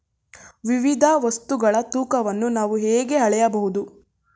ವಿವಿಧ ವಸ್ತುಗಳ ತೂಕವನ್ನು ನಾವು ಹೇಗೆ ಅಳೆಯಬಹುದು?